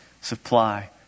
supply